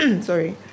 Sorry